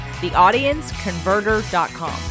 theaudienceconverter.com